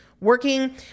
working